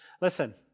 Listen